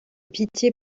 pitié